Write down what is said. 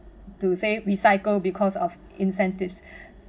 to say recycle because of incentives